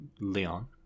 Leon